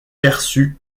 perçu